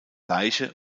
leiche